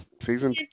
season